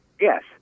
Yes